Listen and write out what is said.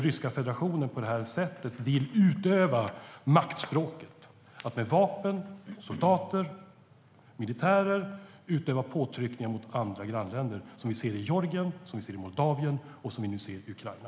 Ryska federationen utövar maktspråk med hjälp av vapen, soldater och militär mot andra grannländer. Vi ser det i Georgien, Moldavien och nu i Ukraina.